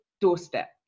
doorstep